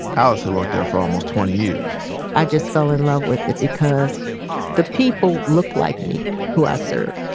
alice had worked there for almost twenty years i just fell in love with it because the people look like me who i served.